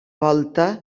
volta